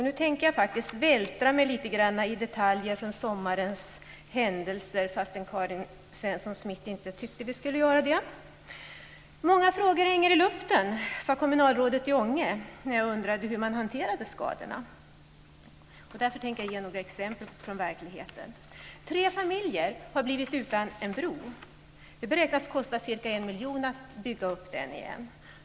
Nu tänker jag faktiskt vältra mig lite grann i detaljer från sommarens händelser, trots att Karin Svensson Smith inte tyckte att vi skulle göra det. Många frågor hänger i luften, sade kommunalrådet i Ånge när jag undrade hur man hanterade skadorna. Därför tänker jag ge några exempel från verkligheten. Tre familjer har blivit utan en bro. Det beräknas kosta ca 1 miljon kronor att bygga upp den igen.